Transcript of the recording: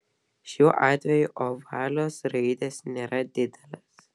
šiuo atveju ovalios raidės nėra didelės